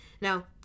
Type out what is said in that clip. Now